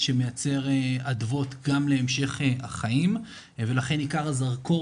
שמייצר אדוות גם להמשך החיים ולכן עיקר הזרקור